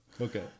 Okay